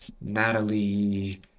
Natalie